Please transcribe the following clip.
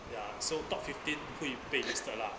ya so top fifteen 会被 listed lah